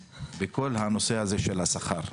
בכל הנושא הזה של השכר.